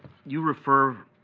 you refer